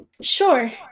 sure